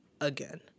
again